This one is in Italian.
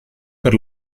per